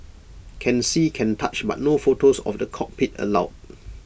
can see can touch but no photos of the cockpit allowed